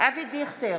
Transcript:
אבי דיכטר,